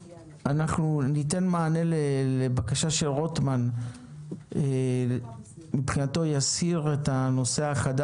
אני יודע שלא תם ונשלם כי המבחן של כולם יהיה ביישום ובעמידה